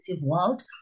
world